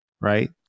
Right